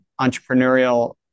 entrepreneurial